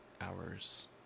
hours